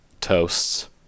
toasts